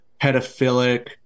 pedophilic